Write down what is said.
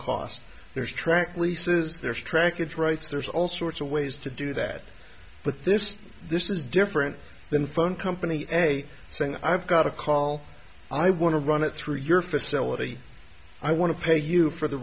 cost there's track leases there's trackage rights there's all sorts of ways to do that but this is this is different than the phone company a saying i've got a call i want to run it through your facility i want to pay you for the